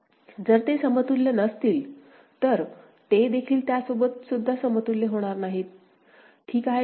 जर ते समतुल्य नसतील तर ते देखील त्यासोबत सुद्धा समतुल्य होणार नाहीत ठीक आहे का